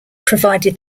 provided